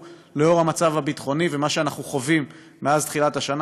לנוכח המצב הביטחוני ומה שאנחנו חווים מאז תחילת השנה,